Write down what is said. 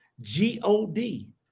G-O-D